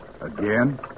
Again